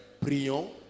Prions